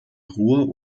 ruhr